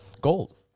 gold